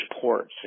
ports